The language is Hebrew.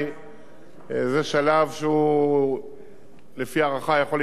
זה שלב שלפי הערכה יכול להימשך גם שנים,